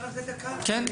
אני